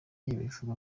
bivuga